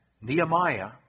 Nehemiah